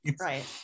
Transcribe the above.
right